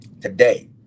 today